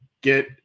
get